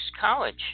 college